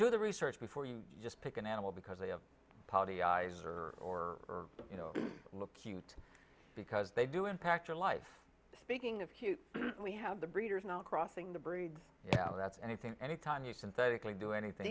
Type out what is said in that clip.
do the research before you just pick an animal because they have potty eyes or or you know look cute because they do impact your life speaking of hugh we have the breeders now crossing the breed yeah that's anything anytime you synthetically do anything